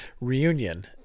reunion